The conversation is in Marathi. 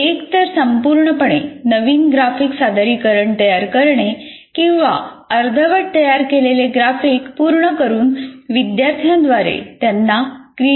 एकतर संपूर्णपणे नवीन ग्राफिक सादरीकरण तयार करणे किंवा अर्धवट तयार केलेले ग्राफिक पूर्ण करून विद्यार्थ्यांद्वारे त्यांचा क्रिया म्हणून वापर केला जाऊ शकतो